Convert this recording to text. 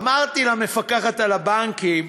אמרתי למפקחת על הבנקים: